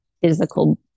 physical